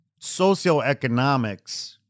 socioeconomics